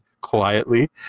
quietly